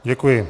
Děkuji.